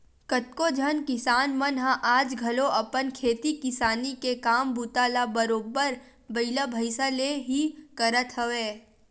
कतको झन किसान मन ह आज घलो अपन खेती किसानी के काम बूता ल बरोबर बइला भइसा ले ही करत हवय